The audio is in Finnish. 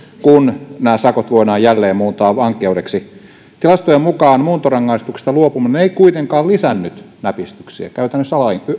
kun sakot voidaan jälleen muuntaa vankeudeksi tilastojen mukaan muuntorangaistuksesta luopuminen ei kuitenkaan lisännyt näpistyksiä käytännössä